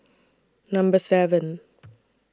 Number seven